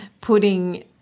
putting